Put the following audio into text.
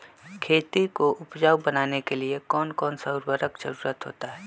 खेती को उपजाऊ बनाने के लिए कौन कौन सा उर्वरक जरुरत होता हैं?